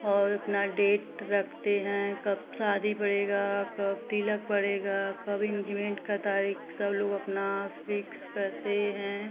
और अपना डेट रखते हैं कब शादी पड़ेगा कब तिलक पड़ेगा कब इंजीमेंट का तारीख सब लोग अपना फ़िक्स करते हैं